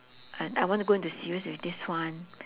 uh I want to go into serious with this one